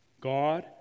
God